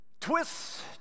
Twists